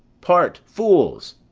part, fools!